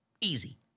Easy